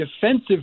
defensive